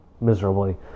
miserably